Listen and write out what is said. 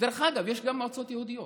דרך אגב, יש גם מועצות יהודיות,